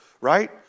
right